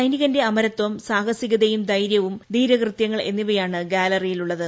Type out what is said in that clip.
സൈനിക്കൂന്റെ അമരത്വം സാഹസികതയും ധൈരൃവും ധീരകൃതൃങ്ങൾ എന്നിവയാണ് ഗ്യാലറിയുള്ളത്